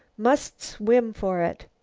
must swim for it.